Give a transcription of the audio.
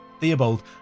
Theobald